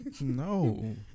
No